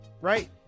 right